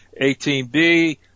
18B